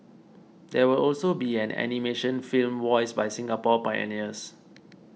there will also be an animation film voiced by Singapore pioneers